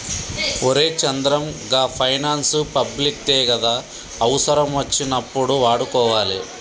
ఒరే చంద్రం, గా finance public దే గదా, అవుసరమచ్చినప్పుడు వాడుకోవాలె